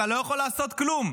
אתה לא יכול לעשות כלום.